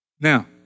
Now